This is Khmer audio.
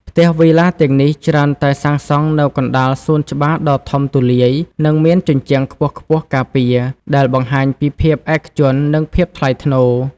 ផ្ទះវីឡាទាំងនេះច្រើនតែសាងសង់នៅកណ្តាលសួនច្បារដ៏ធំទូលាយ និងមានជញ្ជាំងខ្ពស់ៗការពារ ដែលបង្ហាញពីភាពឯកជន និងភាពថ្លៃថ្នូរ។